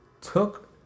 took